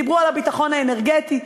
דיברו על הביטחון האנרגטי,